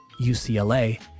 UCLA